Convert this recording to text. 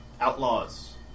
outlaws